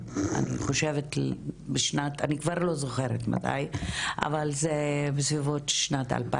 ערכתי מחקר בדיוק איך טיפלו מערכות החוק ברצח נשים